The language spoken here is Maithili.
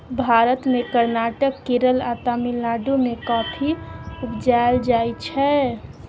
भारत मे कर्नाटक, केरल आ तमिलनाडु मे कॉफी उपजाएल जाइ छै